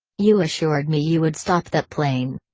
you assured me you would stop that plane!